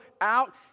out